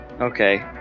okay